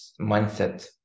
mindset